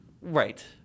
right